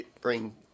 bring